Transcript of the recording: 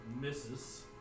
Misses